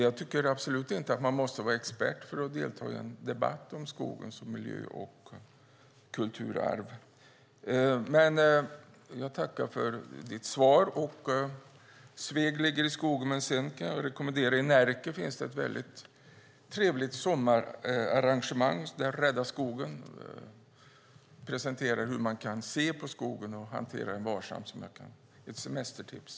Jag menar inte att man måste vara expert för att delta i en debatt om skogen som miljö och kulturarv. Sveg ligger i skogen, och jag kan rekommendera Närke. Där finns ett mycket trevligt sommararrangemang med Rädda skogen som presenterar hur man kan se på skogen och hantera den varsamt. Det är ett semestertips.